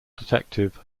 detective